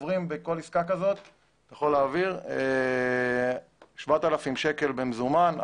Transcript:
בכל עסקה כזאת אתה יכול להעביר 7,000 קלים במזומן.